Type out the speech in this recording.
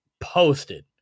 posted